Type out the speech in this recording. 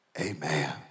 Amen